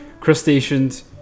Crustaceans